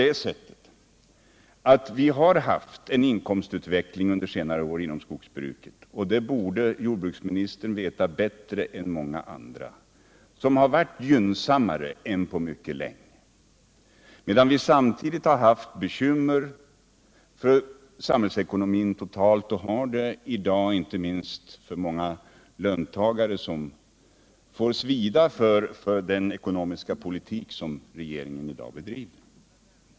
Inkomstutvecklingen inom skogsbruket har ändå under senare år varit gynnsammare än på mycket länge — det borde jordbruksministern veta bättre än många andra — samtidigt som vi har haft och har bekymmer för samhällsekonomin totalt. Inte minst får många löntagare lida för den ekonomiska politik som regeringen i dag bedriver.